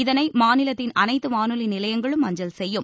இதனை மாநிலத்தின் அனைத்து வானொலி நிலையங்களும் அஞ்சல் செய்யும்